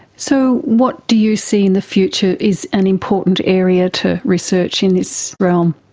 so what do you see in the future is an important area to research in this realm?